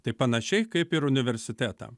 tai panašiai kaip ir universitetam